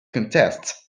contests